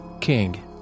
king